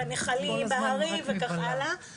בנחלים ובהרים וכך הלאה.